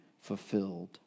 fulfilled